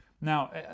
now